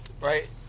right